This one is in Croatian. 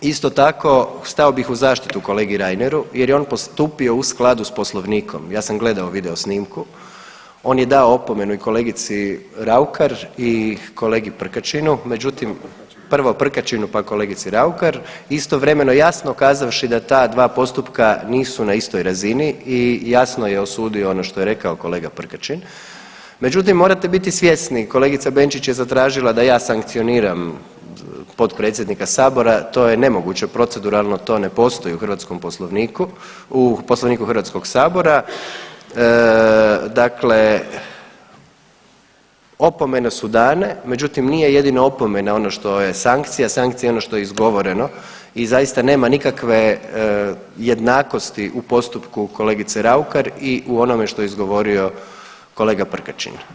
Isto tako, stao bih u zaštitu kolegi Reineru jer je on postupio u skladu s Poslovnikom, ja sam gledao videosnimku, on je dao opomenu i kolegici Raukar i kolegi Prkačinu, međutim, prvo Prkačinu pa kolegici Raukar istovremeno jasno kazavši da ta dva postupka nisu na istoj razini i jasno je osudio ono što je rekao kolega Prkačin, međutim, morate biti svjesni, kolegica Benčić je zatražila da ja sankcioniram potpredsjednika Sabora, to je nemoguće proceduralno, to ne postoji u hrvatskom poslovniku, u Poslovniku HS-a, dakle opomene su dane, međutim, nije jedino opomena ono što je sankcija, sankcija je ono što je izgovoreno i zaista nema nikakve jednakosti u postupku kolegice Raukar i u onome što je izgovorio kolega Prkačin.